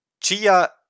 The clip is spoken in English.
Chia